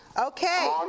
Okay